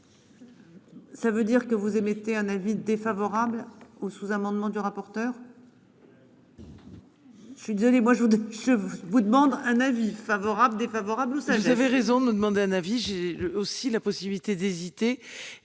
Ça veut dire que vous émettez un avis défavorable au sous-amendement du rapporteur. Je suis désolée moi je voudrais je vous demande un avis favorable défavorable ou ça vous avez raison, nous demander Anne. Oui, j'ai aussi la possibilité d'hésiter